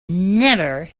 never